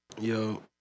Yo